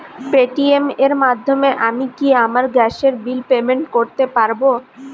Paytm এর মাধ্যমে আমি কি আমার গ্যাসের বিল পেমেন্ট করতে পারব?